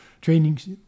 trainings